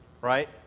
right